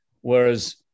Whereas